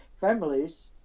families